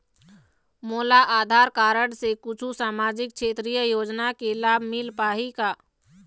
मोला आधार कारड से कुछू सामाजिक क्षेत्रीय योजना के लाभ मिल पाही का?